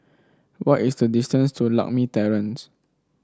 what is the distance to Lakme Terrace